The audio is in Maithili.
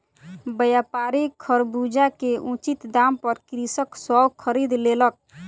व्यापारी खरबूजा के उचित दाम पर कृषक सॅ खरीद लेलक